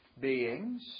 beings